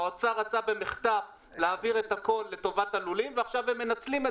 האוצר רצה במחטף להעביר את הכול לטובת הלולים ועכשיו הם מנצלים את